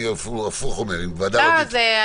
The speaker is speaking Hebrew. אני אומר הפוך, אם ועדה לא תתכנס --- אתה כל